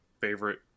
favorite